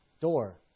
door